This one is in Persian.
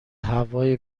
هوای